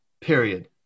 period